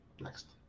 Next